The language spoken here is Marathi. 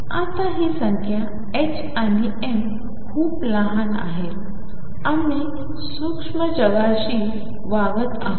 आता ही संख्या ℏ आणि m खूप लहान आहेत आम्ही सूक्ष्म जगाशी वागत आहोत